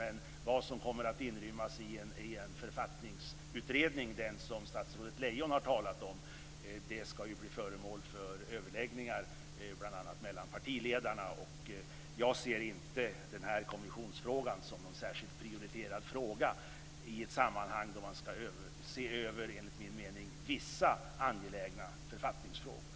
Men vad som kommer att inrymmas i en författningsutredning, den som statsrådet Lejon har talat om, skall ju bli föremål för överläggningar, bl.a. mellan partiledarna, och jag ser inte den här kommissionsfrågan som någon särskilt prioriterad fråga i ett sammanhang då man skall se över enligt min mening vissa angelägna författningsfrågor.